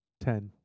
Ten